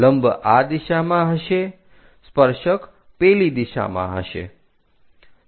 લંબ આ દિશામાં હશે સ્પર્શક પેલી દિશામાં હશે